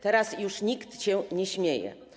Teraz już nikt się nie śmieje.